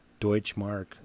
deutschmark